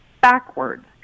backwards